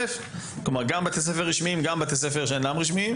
גם לבתי הספר הרשמיים וגם לבתי הספר שאינם רשמיים.